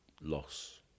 loss